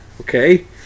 okay